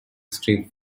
strip